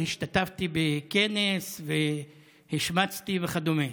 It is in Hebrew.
על שהשתתפתי בכנס והשמצתי וכדומה.